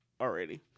already